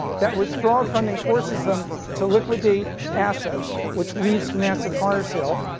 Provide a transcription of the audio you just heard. that withdrawal funding forces them to liquidate assets which leads to an asset-fire sale.